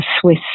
Swiss